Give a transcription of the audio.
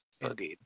Indeed